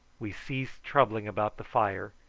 we ceased troubling about the fire,